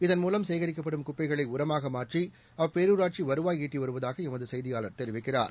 இதன் மூலம் சேகரிக்கப்படும் குப்பைகளை உரமாக மாற்றி அப்பேரூராட்சி வருவாய் ஈட்டி வருவதாக எமது செய்தியாளர் தெரிவிக்கிறார்